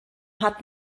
hat